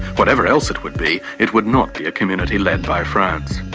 whatever else it would be, it would not be a community led by france.